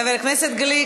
חבר הכנסת גליק,